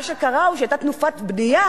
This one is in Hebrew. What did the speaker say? מה שקרה הוא שהיתה תנופת בנייה,